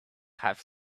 have